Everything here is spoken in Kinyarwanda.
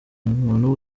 umuntu